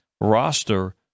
roster